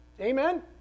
amen